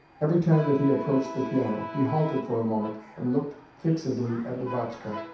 every time that he approached the piano he halted for a moment and looked fixedly at lubotshka.